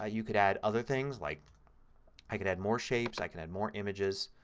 ah you can add other things like i can add more shapes. i can add more images.